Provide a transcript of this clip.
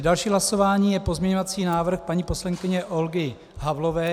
Další hlasování je pozměňovací návrh paní poslankyně Olgy Havlové.